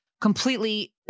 completely